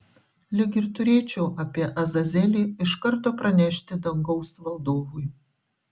lyg ir turėčiau apie azazelį iš karto pranešti dangaus valdovui